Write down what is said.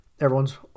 everyone's